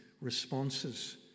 responses